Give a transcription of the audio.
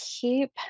keep